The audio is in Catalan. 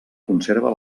conserva